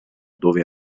dove